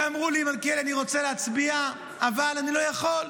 ואמרו לי, כן, אני רוצה להצביע, אבל אני לא יכול.